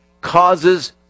causes